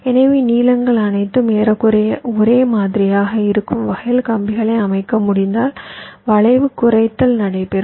எனவே நீளங்கள் அனைத்தும் ஏறக்குறைய ஒரே மாதிரியாக இருக்கும் வகையில் கம்பிகளை அமைக்க முடிந்தால் வளைவு குறைத்தல் நடைபெறும்